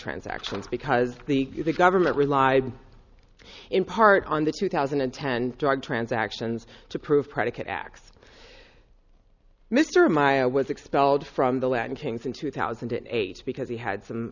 transactions because the government relied in part on the two thousand and ten drug transactions to prove predicate acts mr meyer was expelled from the latin kings in two thousand and eight because he had some